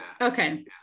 Okay